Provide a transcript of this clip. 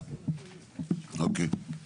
חלקם משנות 2000+ ואותם פינינו מהאנשים שהיו שם,